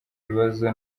ibibazo